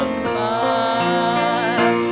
smile